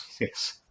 yes